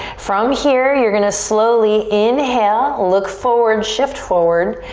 from here you're gonna slowly inhale, look forward, shift forward.